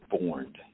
born